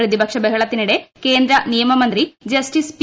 പ്രതിപക്ഷ ബഹളത്തിനിടെ കേന്ദ്രനിയമമന്ത്രി ജസ്റ്റിസ് പി